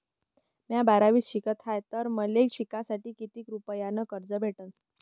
म्या बारावीत शिकत हाय तर मले शिकासाठी किती रुपयान कर्ज भेटन?